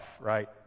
right